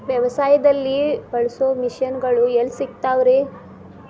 ವ್ಯವಸಾಯದಲ್ಲಿ ಬಳಸೋ ಮಿಷನ್ ಗಳು ಎಲ್ಲಿ ಸಿಗ್ತಾವ್ ರೇ?